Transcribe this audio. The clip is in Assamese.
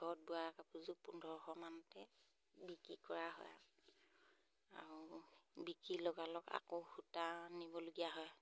ঘৰত বোৱাৰ কাপোৰযোৰ পোন্ধৰশমানতে বিকি কৰা হয় আৰু বিকি লগালগ আকৌ সূতা আনিবলগীয়া হয়